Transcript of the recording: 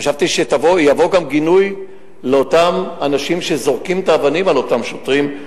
חשבתי שיבוא גם גינוי לאותם אנשים שזורקים את האבנים על אותם שוטרים.